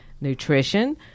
nutrition